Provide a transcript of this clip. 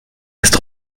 ist